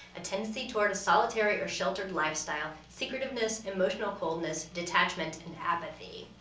a tendency toward a solitary or sheltered lifestyle, secretiveness, emotional coldness, detachment, and apathy.